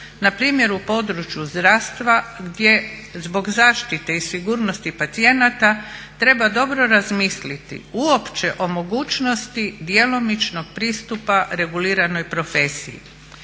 npr. u području zdravstva gdje zbog zaštite i sigurnosti pacijenata treba dobro razmisliti uopće o mogućnosti djelomičnog pristupa reguliranoj profesiji.